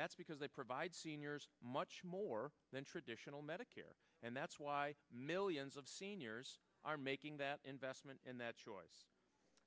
that's because they provide seniors much more than traditional medicare and that's why millions of seniors are making that investment and that choice